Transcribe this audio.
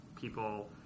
people